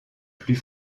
plus